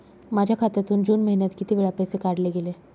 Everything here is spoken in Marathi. माझ्या खात्यातून जून महिन्यात किती वेळा पैसे काढले गेले?